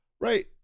right